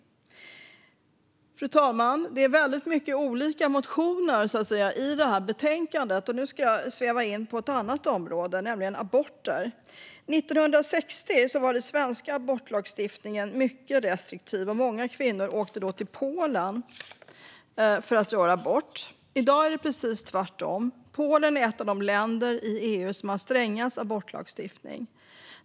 Fru talman! Det är väldigt många olika motioner i betänkandet. Nu ska jag sväva in på ett annat område, nämligen aborter. År 1960 var den svenska abortlagstiftningen mycket restriktiv. Många kvinnor åkte då till Polen för att göra abort. I dag är det precis tvärtom. Polen är ett av de länder i EU som har strängast abortlagstiftning.